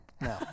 No